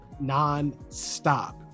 non-stop